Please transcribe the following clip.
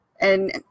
and-